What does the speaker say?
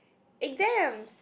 exams